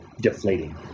deflating